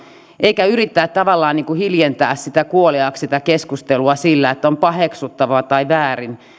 eikä yrittää tavallaan hiljentää kuoliaaksi tätä keskustelua sillä että on paheksuttavaa tai väärin